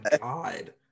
god